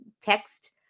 text